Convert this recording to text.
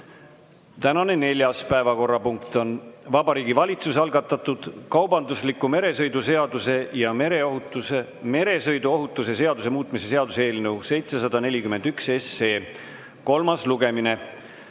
Tänane neljas päevakorrapunkt on Vabariigi Valitsuse algatatud kaubandusliku meresõidu seaduse ja meresõiduohutuse seaduse muutmise seaduse eelnõu 741 kolmas lugemine.